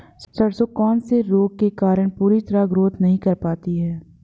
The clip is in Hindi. सरसों कौन से रोग के कारण पूरी तरह ग्रोथ नहीं कर पाती है?